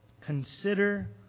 consider